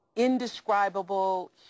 indescribable